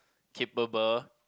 capable